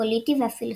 הפוליטי והפילוסופי.